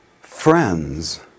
Friends